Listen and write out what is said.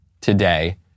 Today